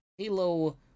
Halo